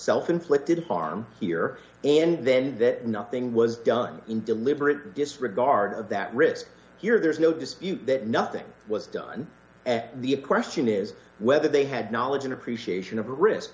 self inflicted harm here and then that nothing was done in deliberate disregard of that risk here there's no dispute that nothing was done at the question is whether they had knowledge and appreciation of risk